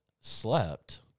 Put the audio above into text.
slept